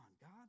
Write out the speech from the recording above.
God